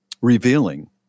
revealing